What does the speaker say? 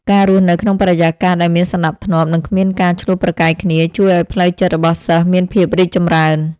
ការរស់នៅក្នុងបរិយាកាសដែលមានសណ្តាប់ធ្នាប់និងគ្មានការឈ្លោះប្រកែកគ្នាជួយឱ្យផ្លូវចិត្តរបស់សិស្សមានភាពរីកចម្រើន។